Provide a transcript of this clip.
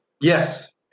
Yes